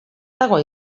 dago